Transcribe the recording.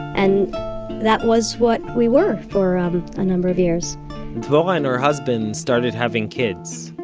and that was what we were for um a number of years dvorah and her husband started having kids.